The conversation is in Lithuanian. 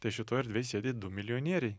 tai šitoj erdvėj sėdi du milijonieriai